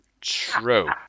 True